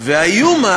והאיום,